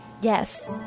Yes